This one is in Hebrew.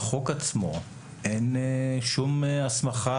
בחוק עצמו אין שום הסמכה,